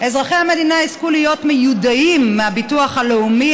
אזרחי המדינה יזכו להיות מיודעים מהביטוח הלאומי